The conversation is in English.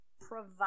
provide